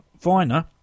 Viner